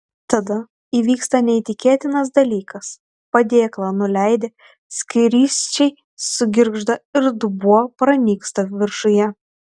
tada įvyksta neįtikėtinas dalykas padėklą nuleidę skrysčiai sugirgžda ir dubuo pranyksta viršuje